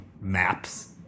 maps